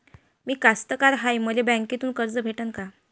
मी कास्तकार हाय, मले बँकेतून कर्ज भेटन का?